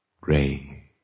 gray